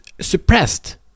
suppressed